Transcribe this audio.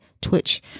Twitch